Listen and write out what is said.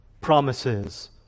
promises